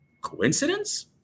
coincidence